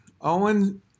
Owen